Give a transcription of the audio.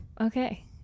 Okay